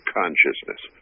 consciousness